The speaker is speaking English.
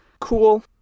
Cool